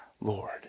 Lord